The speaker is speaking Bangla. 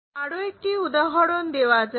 আরো একটি উদাহরণ দেওয়া যাক